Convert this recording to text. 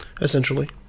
essentially